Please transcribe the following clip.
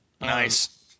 Nice